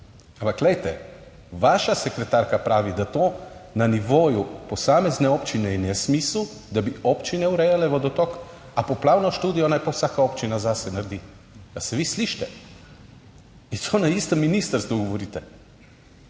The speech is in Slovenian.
Ampak glejte, vaša sekretarka pravi, da to na nivoju posamezne občine in je smisel, da bi občine urejale vodotok, a poplavno študijo naj pa vsaka občina zase naredi. Ali se vi slišite? In to na istem ministrstvu govorite.